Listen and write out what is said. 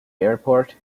airport